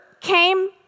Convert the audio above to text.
came